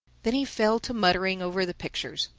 then he fell to muttering over the pictures.